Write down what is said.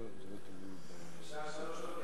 בשעה 03:00,